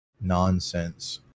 nonsense